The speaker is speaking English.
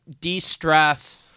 de-stress